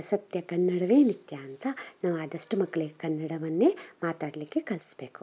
ಸತ್ಯ ಕನ್ನಡವೇ ನಿತ್ಯ ಅಂತ ನಾವು ಆದಷ್ಟು ಮಕ್ಕಳಿಗ್ ಕನ್ನಡವನ್ನೇ ಮಾತಾಡಲಿಕ್ಕೆ ಕಲಿಸ್ಬೇಕು